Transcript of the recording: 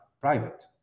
private